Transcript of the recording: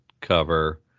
cover